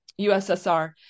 USSR